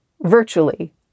virtually